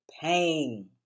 pain